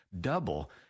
double